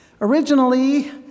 Originally